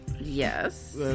Yes